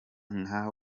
nka